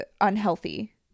unhealthy